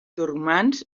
turcmans